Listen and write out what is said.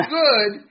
good